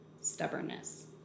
stubbornness